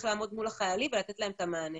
לעמוד מול החיילים ולתת להם את המענה.